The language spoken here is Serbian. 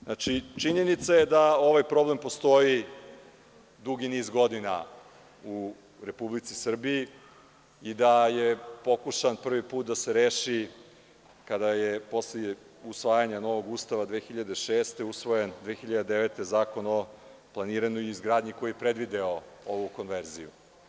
Znači, činjenica je da ovaj problem postoji dugi niz godina u Republici Srbiji i da je pokušan prvi put da se reši kada je posle usvajanja novog Ustava 2006. godine usvojen 2009. godine novi Zakon o planiranju i izgradnji koji je predvideo ovu konverziju.